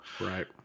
right